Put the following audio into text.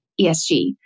ESG